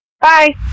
Bye